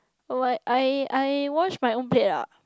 like I I wash my own plate ah